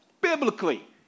Biblically